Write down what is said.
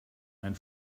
ein